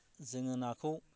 जोङो नाखौ